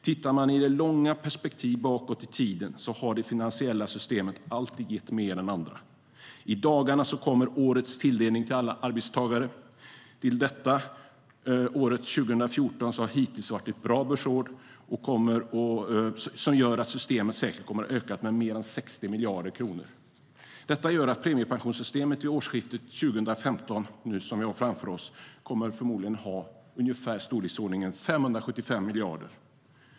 Tittar man i långa perspektiv bakåt i tiden har det finansiella systemet alltid gett mer än andra. I dagarna så kommer årets tilldelning till alla arbetstagare. Till detta har året 2014 hittills varit ett bra börsår. Det gör att systemet säkert kommer att öka med mer än 60 miljarder kronor. Detta gör att premiepensionssystemet vid årsskiftet 2015, som vi nu har framför oss, förmodligen kommer att ha i storleksordningen ungefär 575 miljarder.